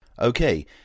Okay